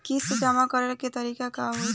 किस्त जमा करे के तारीख का होई?